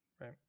Right